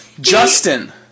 Justin